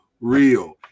real